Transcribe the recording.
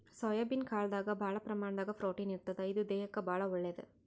soybean ಕಾಳ್ದಾಗ್ ಭಾಳ್ ಪ್ರಮಾಣದಾಗ್ ಪ್ರೊಟೀನ್ ಇರ್ತದ್ ಇದು ದೇಹಕ್ಕಾ ಭಾಳ್ ಒಳ್ಳೇದ್